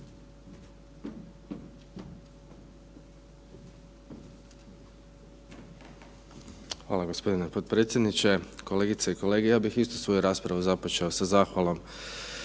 Hvala g. potpredsjedniče, kolegice i kolege. Ja bih isto svoju raspravu započeo sa zahvalom